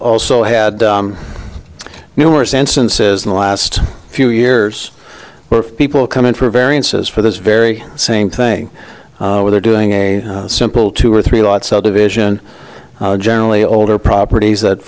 also had numerous instances in the last few years where people come in for variances for this very same thing over there doing a simple two or three lot subdivision generally older properties that